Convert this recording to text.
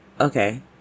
okay